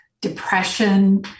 depression